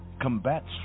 combats